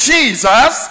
Jesus